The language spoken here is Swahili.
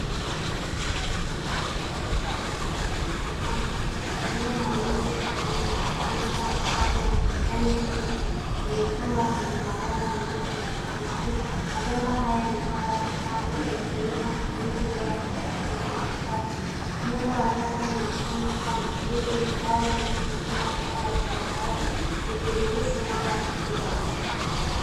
Bustani ya kisasa inayotumia mfumo wa kilimo cha hydroponics .Mimea ya lettuce inaonekana kuwa na afya na kijani kibichi imepandwa kwenye mabomba meupe ya PVC.Mabomba haya yamepangwa kwa safu yakionyesha matumizi bora ya nafasi ndani ya chafu. Muundo wa chafu unaonekana kuwa na nguzo za mbao zinazozunga mkono wazi likiruhusu mwanga kupenya.